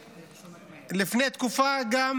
ולפני תקופה גם